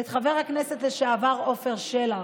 את חבר הכנסת לשעבר עפר שלח,